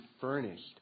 furnished